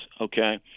okay